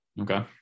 Okay